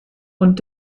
und